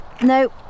no